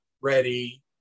ready